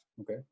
Okay